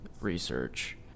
research